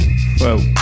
Whoa